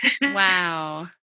Wow